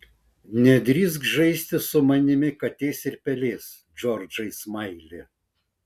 nedrįsk žaisti su manimi katės ir pelės džordžai smaili